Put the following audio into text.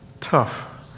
tough